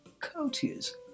courtiers